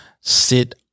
sit